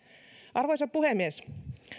arvoisa puhemies